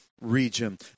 region